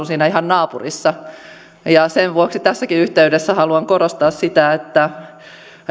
siinä ihan naapurissa sen vuoksi tässäkin yhteydessä haluan korostaa sitä että